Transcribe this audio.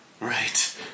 Right